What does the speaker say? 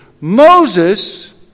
Moses